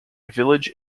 village